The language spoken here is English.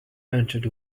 entered